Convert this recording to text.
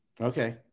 okay